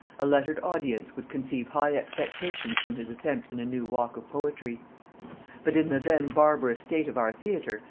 a lettered audience would conceive high expectations from his attempt in a new walk of poetry but in the then barbarous state of our theatre,